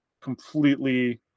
completely